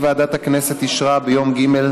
כי ועדת הכנסת אישרה ביום ג'